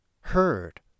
heard